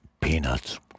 peanuts